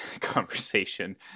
conversation